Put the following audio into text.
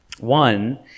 one